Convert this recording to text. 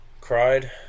Cried